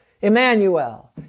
Emmanuel